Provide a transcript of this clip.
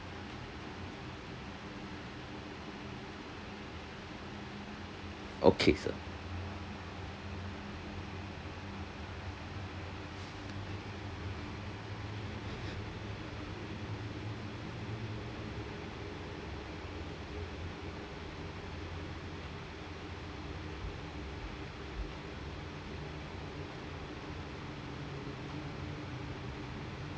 okay sir